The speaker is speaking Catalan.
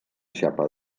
xapa